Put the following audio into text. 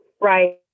right